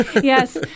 Yes